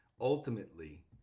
ultimately